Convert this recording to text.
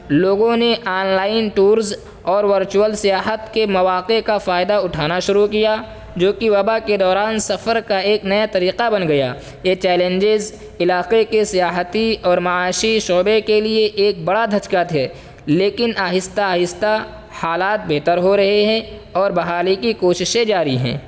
لوگوں نے online tours اور ورچوئل سیاحت کے مواقع کا فائدہ اٹھانا شروع کیا جو کہ وبا کے دوران سفر کا ایک نیا طریقہ بن گیا یہ چیلنجز علاقے کے سیاحتی اور معاشی شعبے کے لیے ایک بڑا دھچکا تھے لیکن آہستہ آہستہ حالات بہتر ہو رہے ہیں اور بحالی کی کوششیں جاری ہیں